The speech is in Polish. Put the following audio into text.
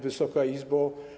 Wysoka Izbo!